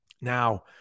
now